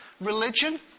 Religion